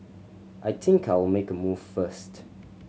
I think I'll make a move first